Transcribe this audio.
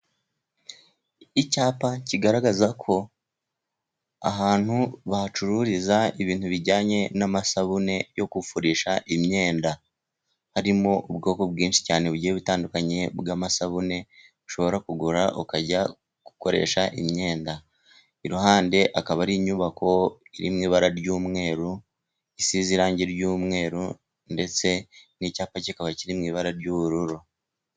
Icyapa kigaragaza ko ahantu bahacururiza ibintu bijyanye n'amasabune yo kufurisha imyenda. Harimo ubwoko bwinshi cyane bugiye butandukanye bw'amasabune, ushobora kugura ukajya gukoresha imyenda. Iruhande hakaba hari inyubako iri mu ibara ry'umweru, isize irangi ry'umweru ndetse n'icyapa kikaba kiri mu ibara ry'ubururu.